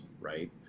right